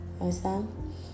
Understand